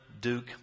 Duke